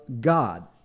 God